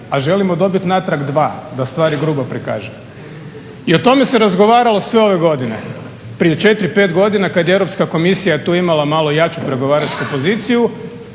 a želimo dobiti natrag dva da stvari grubo prikažem. I o tome se razgovaralo sve ove godine, prije 4, 5 godina kada je Europska komisija tu imala malo jaču pregovaračku poziciju